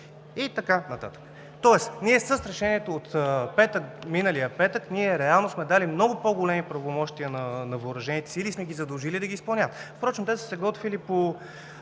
и така нататък“. Тоест с решението от миналия петък ние реално сме дали много по-големи правомощия на въоръжените сили и сме ги задължили да ги изпълняват. Впрочем те са се готвили по